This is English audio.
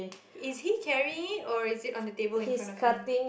is he carrying it or is it on the table infront of him